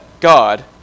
God